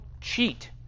cheat